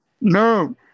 No